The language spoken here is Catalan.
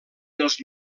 dels